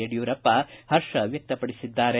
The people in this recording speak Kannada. ಯಡಿಯೂರಪ್ಪ ಪರ್ಷ ವ್ಯಕ್ತಪಡಿಸಿದ್ದಾರೆ